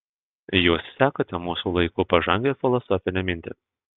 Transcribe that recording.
jūs sekate mūsų laikų pažangią filosofinę mintį